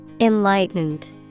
Enlightened